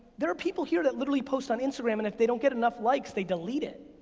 there are people here that literally post on instagram, and if they don't get enough likes, they delete it.